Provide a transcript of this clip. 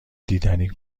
دیدنی